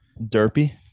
Derpy